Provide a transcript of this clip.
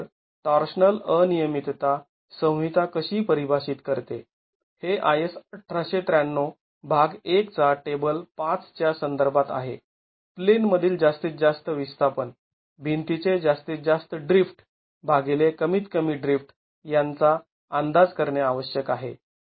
तर टॉर्शनल अनियमितता संहिता कशी परिभाषित करते हे IS १८९३ भाग १ चा टेबल ५ च्या संदर्भात आहे प्लेनमधील जास्तीत जास्त विस्थापन भिंतीचे जास्तीत जास्त ड्रिफ्ट भागिले कमीत कमी ड्रिफ्ट यांचा अंदाज करणे आवश्यक आहे